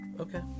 okay